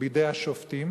בידי השופטים